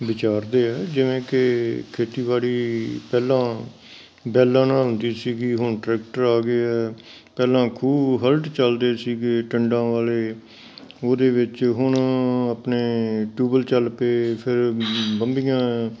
ਵਿਚਾਰਦੇ ਆ ਜਿਵੇਂ ਕਿ ਖੇਤੀਬਾੜੀ ਪਹਿਲਾਂ ਬੈੱਲਾਂ ਨਾਲ ਹੁੰਦੀ ਸੀਗੀ ਹੁਣ ਟਰੈਕਟਰ ਆ ਗਏ ਆ ਪਹਿਲਾਂ ਖੂਹ ਹਲਟ ਚਲਦੇ ਸੀਗੇ ਟੰਡਾਂ ਵਾਲੇ ਉਹਦੇ ਵਿੱਚ ਹੁਣ ਆਪਣੇ ਟਿਊਵੈੱਲ ਚੱਲ ਪਏ ਫਿਰ ਬੰਬੀਆਂ